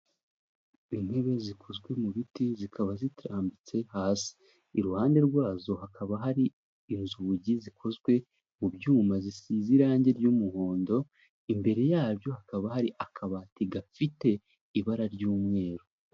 Intebe zikozwe mu biti zikaba zitarambitse hasi, iruhande rwazo hakaba hari inzugi zikozwe mu byuma zisize irangi ry'umuhondo imbere yabyo hakaba hari akabati gafite ibara ry'umweru.